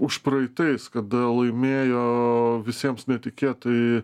užpraeitais kada laimėjo visiems netikėtai